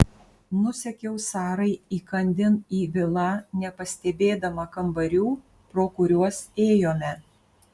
nusekiau sarai įkandin į vilą nepastebėdama kambarių pro kuriuos ėjome